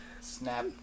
snap